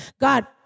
God